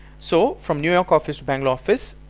so from new york office to bangalore office,